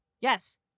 Yes